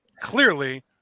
clearly